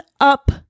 up